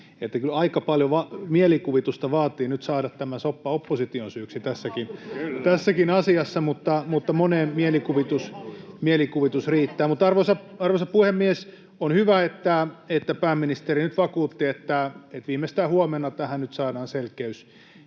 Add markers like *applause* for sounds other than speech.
aika paljon mielikuvitusta vaatii nyt saada tämä soppa opposition syyksi tässäkin asiassa, *noise* mutta moneen mielikuvitus riittää. Arvoisa puhemies! On hyvä, että pääministeri nyt vakuutti, että viimeistään huomenna tähän saadaan selkeys